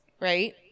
right